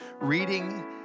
reading